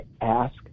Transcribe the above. ask